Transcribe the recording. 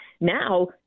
now